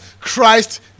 Christ